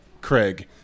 Craig